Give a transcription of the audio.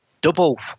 double